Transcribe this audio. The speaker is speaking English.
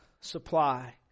supply